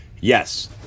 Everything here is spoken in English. yes